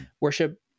worship